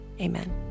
Amen